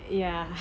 ya